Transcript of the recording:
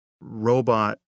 robot